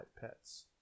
pets